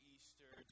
Easter